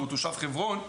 והוא תושב חברון,